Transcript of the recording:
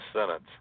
sentence